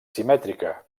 simètrica